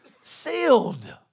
sealed